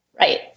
Right